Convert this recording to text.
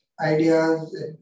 ideas